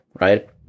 right